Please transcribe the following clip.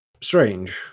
strange